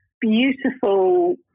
beautiful